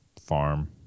farm